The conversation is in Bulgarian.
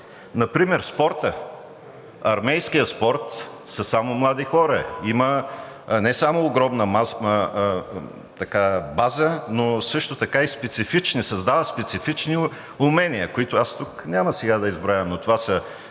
Например спортът, в армейския спорт са само млади хора. Има не само огромна база, но също така и специфични, създава специфични умения, които сега тук няма да изброявам, но това са